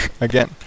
again